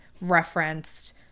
referenced